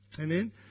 Amen